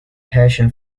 passion